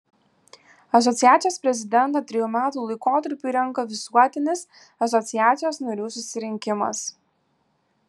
asociacijos prezidentą trejų metų laikotarpiui renka visuotinis asociacijos narių susirinkimas